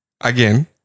Again